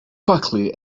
buckley